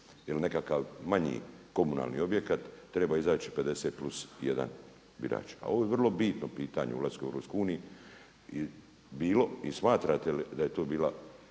nekakav manji komunalni objekat treba izaći 50 plus 1 birač. A ovo je vrlo bitno pitanje ulaska u EU bilo. I smatrate li da je to bila